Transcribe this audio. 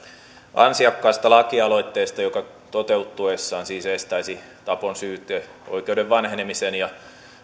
ansiokkaasta lakialoitteesta joka toteutuessaan siis estäisi tapon syyteoikeuden vanhenemisen ja